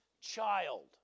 child